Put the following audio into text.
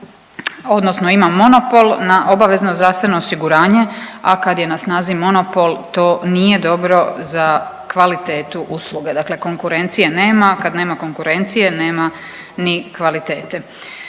odnosno ima monopol na obavezno zdravstveno osiguranje, a kad je na snazi monopol to nije dobro za kvalitetu usluge. Dakle, konkurencije nema, a kad nema konkurencije nema ni kvalitete.